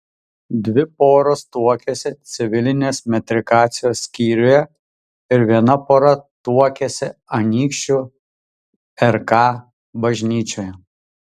dvi poros tuokėsi civilinės metrikacijos skyriuje ir viena pora tuokėsi anykščių rk bažnyčioje